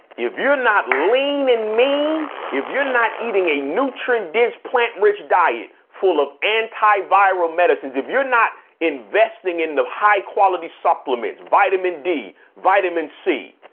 if you're not lean in mean if you're not eating a nutrient dense plant rich diet full of antiviral medicines. if you're not investing in the high quality supplements, vitamin d, vitamin c,